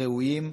ראויים,